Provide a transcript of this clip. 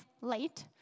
late